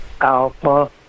Alpha